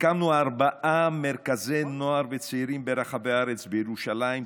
הקמנו ארבעה מרכזי נוער וצעירים ברחבי הארץ: בירושלים,